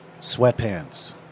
sweatpants